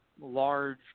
large